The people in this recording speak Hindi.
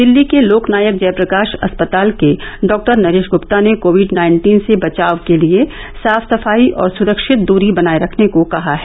दिल्ली के लोक नायक जय प्रकाश अस्पताल के डॉक्टर नरेश गुप्ता ने कोविड नाइन्टीन से बचाव के लिए साफ सफाईऔर सुरक्षित दूरी बनाये रखने को कहा है